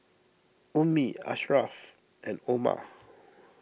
Ummi Asharaff and Omar